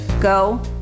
go